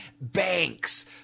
banks